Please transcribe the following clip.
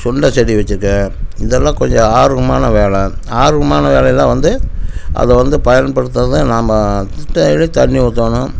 சுண்டை செடி வச்சுருக்கேன் இதெல்லாம் கொஞ்சம் ஆர்வமான வேலை ஆர்வமான வேலையெல்லாம் வந்து அது வந்து பயன்படுத்துகிறதே நாம் டெய்லி தண்ணி ஊத்தணும்